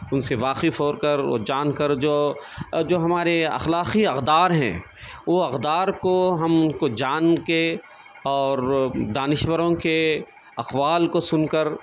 ان سے واقف ہو کر اور جان کر جو جو ہمارے اخلاقی اقدار ہیں وہ اقدار کو ہم کو جان کے اور دانشوروں کے اقوال کو سن کر